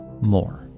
more